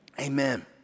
Amen